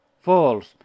False